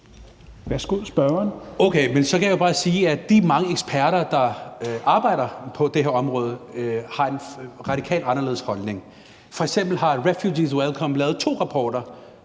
Siddique (FG): Okay, men så kan jeg bare sige, at de mange eksperter, der arbejder på det her område, har en radikalt anderledes holdning. F.eks. har Refugees Welcome lavet to rapporter,